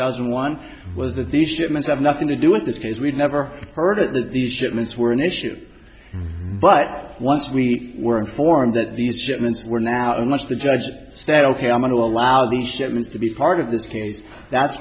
thousand and one was that the shipments have nothing to do with this case we'd never heard of these shipments were an issue but once we were informed that these shipments were now too much the judge said ok i'm going to allow these judgments to be part of the ca's that's